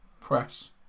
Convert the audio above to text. press